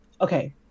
okay